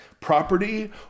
property